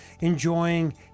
enjoying